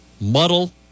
muddle